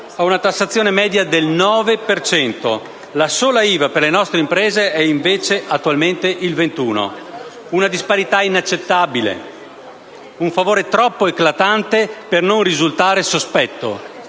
ad una tassazione media del 9 per cento. La sola IVA per le nostre imprese è invece attualmente al 21 per cento. È una disparità inaccettabile, un favore troppo eclatante per non risultare sospetto.